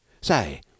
Say